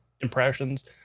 impressions